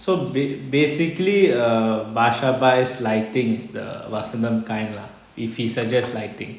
so ba~ basically err basha buys lightings the vasantham kind lah if he suggests lighting